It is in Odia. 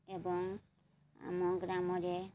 ଏବଂ ଆମ ଗ୍ରାମରେ